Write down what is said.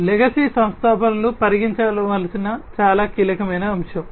legacy సంస్థాపనలు పరిగణించవలసిన చాలా కీలకమైన అంశం